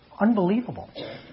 unbelievable